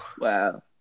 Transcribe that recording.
Wow